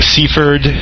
Seaford